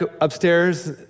upstairs